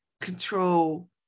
control